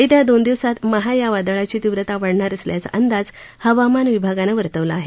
येत्या दोन दिवसात महा या वादळाची तीव्रता वाढणार असल्याचा अंदाज हवामान विभागानं वर्तवला आहे